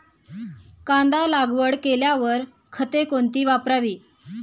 कांदा लागवड केल्यावर खते कोणती वापरावी?